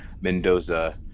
Mendoza